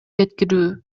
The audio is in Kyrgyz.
жеткирүү